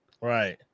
Right